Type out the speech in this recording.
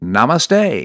Namaste